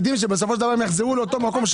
יחזרו לאותו מקום,